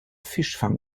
fischfang